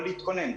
או להתכונן.